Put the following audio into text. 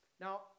Now